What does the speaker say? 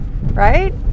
right